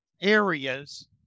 areas